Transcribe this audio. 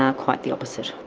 ah quite the opposite.